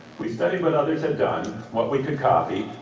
we studied what others had done, what we could copy,